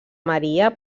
maria